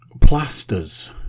Plasters